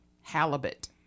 halibut